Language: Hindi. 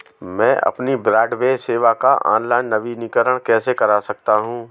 मैं अपनी ब्रॉडबैंड सेवा का ऑनलाइन नवीनीकरण कैसे कर सकता हूं?